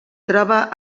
troba